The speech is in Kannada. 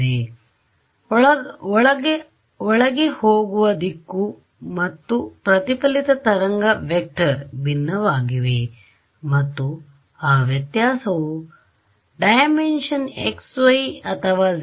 ಆದ್ದರಿಂದ ಒಳಗಹೋಗುವ ದಿಕ್ಕು ಮತ್ತು ಪ್ರತಿಫಲಿತ ತರಂಗ ವೆಕ್ಟರ್ ವಿಭಿನ್ನವಾಗಿವೆ ಮತ್ತು ಆ ವ್ಯತ್ಯಾಸವು ಆಯಾಮ x y ಅಥವಾ z